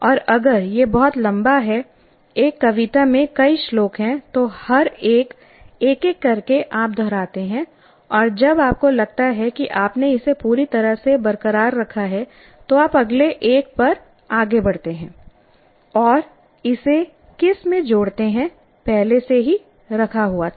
और अगर यह बहुत लंबा है एक कविता में कई श्लोक हैं तो हर एक एक एक करके आप दोहराते हैं और जब आपको लगता है कि आपने इसे पूरी तरह से बरकरार रखा है तो आप अगले एक पर आगे बढ़ते हैं और इसे किस में जोड़ते हैं पहले से ही रखा हुआ था